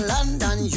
London